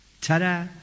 Ta-da